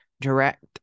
direct